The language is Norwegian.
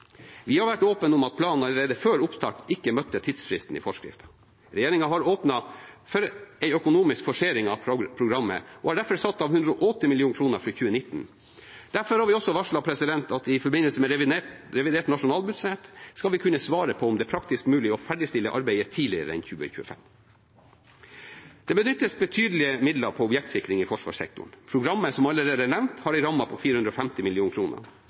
Vi har vært åpne om at planen allerede før oppstart ikke møtte tidsfristen i forskriften. Regjeringen har åpnet for en økonomisk forsering av programmet og har derfor satt av 180 mill. kr for 2019. Derfor har vi også varslet at vi i forbindelse med revidert nasjonalbudsjett skal kunne svare på om det er praktisk mulig å ferdigstille arbeidet tidligere enn 2025. Det benyttes betydelige midler på objektsikring i forsvarssektoren. Programmet som allerede er nevnt, har en ramme på 450